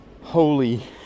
holy